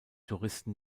touristen